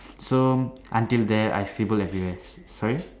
so until there I scribble everywhere sorry